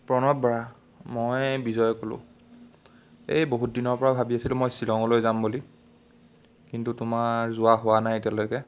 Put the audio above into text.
প্ৰণৱ বৰা মই বিজয়ে ক'লোঁ এই বহুত দিনৰ পৰা ভাবি আছিলোঁ মই শ্বিলংলৈ যাম বুলি কিন্তু তোমাৰ যোৱা হোৱা নাই এতিয়ালৈকে